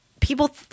people